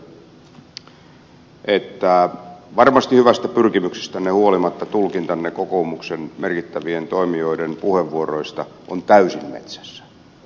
lapintielle että varmasti hyvästä pyrkimyksestänne huolimatta tulkintanne kokoomuksen merkittävien toimijoiden puheenvuoroista on täysin metsässä